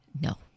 no